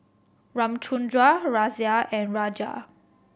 Ramchundra Razia and Raja